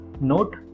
note